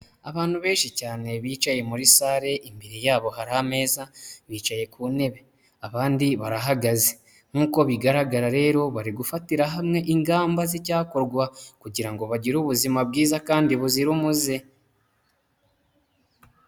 Abantu benshi cyane bicaye muri sare imbere yabo hari ameza bicaye ku ntebe, abandi barahagaze, nk'uko bigaragara rero bari gufatira hamwe ingamba z'icyakorwa kugirango bagire ubuzima bwiza kandi buzira umuze.